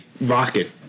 rocket